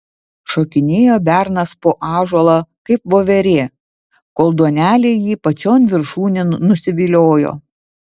šokinėjo bernas po ąžuolą kaip voverė kol duonelė jį pačion viršūnėn nusiviliojo